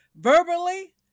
verbally